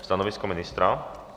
Stanovisko ministra?